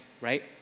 right